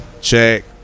Check